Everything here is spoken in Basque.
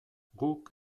guk